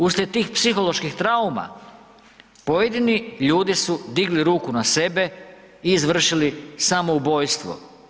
Uslijed tih psiholoških trauma, pojedini ljudi su digli ruke na sebe i izvršili samoubojstvo.